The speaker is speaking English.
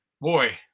boy